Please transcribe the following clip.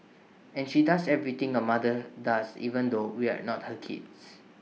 and she does everything A mother does even though we're not her kids